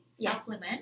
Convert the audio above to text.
supplement